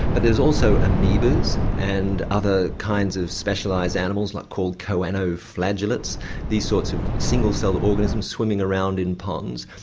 but there's also amoebas and other kinds of specialised animals like called kind of choanoflagellates, these sorts of single cell organism swimming around in ponds,